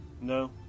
No